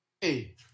hey